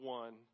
one